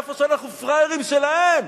איפה שאנחנו פראיירים שלהם.